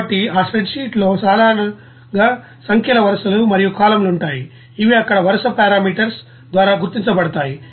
కాబట్టి ఆ spreadsheet లో సాధారణంగా సంఖ్యల వరుసలు మరియు కాలమ్ లు ఉంటాయి ఇవి ఇక్కడ వరుస పారామీటర్స్ ద్వారా గుర్తించబడతాయి